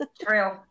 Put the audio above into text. True